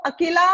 Akila